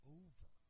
over